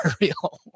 real